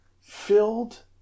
filled